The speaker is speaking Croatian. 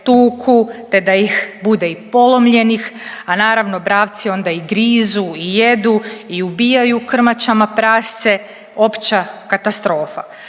te da ih bude i polomljenih, a naravno bravci onda i grizu i jedu i ubijaju krmačama prasce. Opća katastrofa.